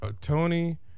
Tony